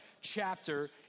chapter